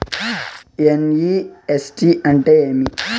NEFT అంటే ఏమి